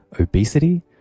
obesity